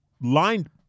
lined-